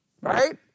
right